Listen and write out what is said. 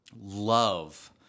love